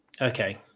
Okay